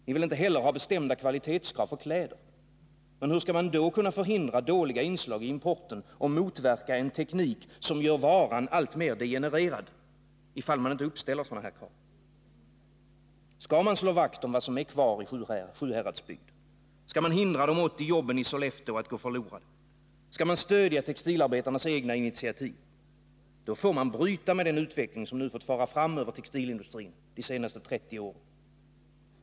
Ni vill inte heller ha bestämda kvalitetskrav för kläder. Men hur skall man kunna förhindra dåliga inslag i importen och motverka en teknik som gör varan alltmer degenererad ifall man inte uppställer sådana krav? Skall man slå vakt om vad som är kvar i Sjuhäradsbygden, skall man hindra de 80 jobben i Sollefteå att gå förlorade, skall man stödja textilarbetarnas egna initiativ — då får man bryta med den utveckling som nu fått fara fram över textilindustrin de senaste 30 åren.